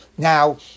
Now